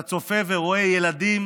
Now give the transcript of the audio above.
אתה צופה ורואה ילדים